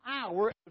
hour